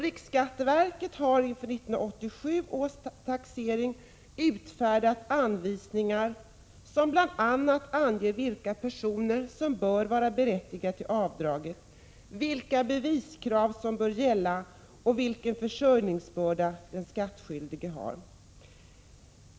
Riksskatteverket har inför 1987 års taxering utfärdat anvisningar, som bl.a. anger vilka personer som bör vara berättigade till avdraget, vilka beviskrav som bör gälla och vilken försörjningsbörda den skattskyldige har.